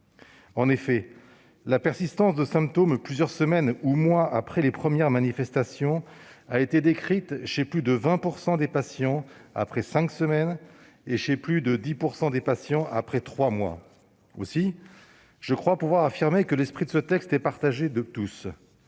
En effet, la persistance de symptômes plusieurs semaines ou mois après les premières manifestations a été décrite chez plus de 20 % des patients après cinq semaines et chez plus de 10 % d'entre eux après trois mois. Aussi, je crois pouvoir affirmer que l'esprit de ce texte est partagé de tous.